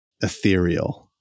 Ethereal